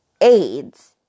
aids